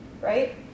right